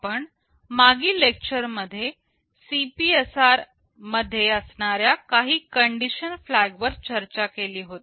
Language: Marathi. आपण मागील लेक्चर मध्ये CPSR मध्ये असणाऱ्या काही कंडिशन फ्लॅग वर चर्चा केली होती